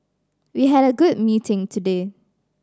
we had a good meeting today